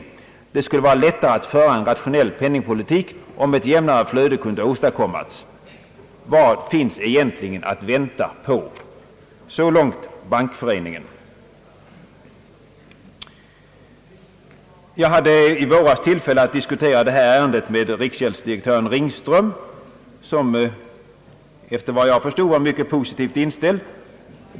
Det skulle vara lättare att föra en rationell penningpolitik, om ett jämnare flöde kunde åstadkommas. Vad finns egentligen att vänta på?» slutar artikeln i Ekonomisk Revy. Jag hade i våras tillfälle att diskutera detta ärende med riksgäldsdirektör Ringström, som efter vad jag förstod var mycket positivt inställd.